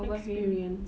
experience